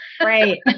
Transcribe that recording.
Right